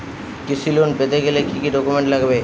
কৃষি লোন পেতে গেলে কি কি ডকুমেন্ট লাগবে?